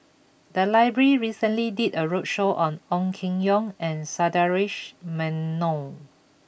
the library recently did a roadshow on Ong Keng Yong and Sundaresh Menon